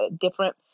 different